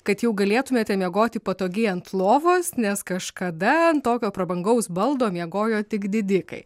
kad jau galėtumėte miegoti patogiai ant lovos nes kažkada ant tokio prabangaus baldo miegojo tik didikai